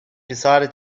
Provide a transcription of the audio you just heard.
decided